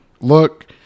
Look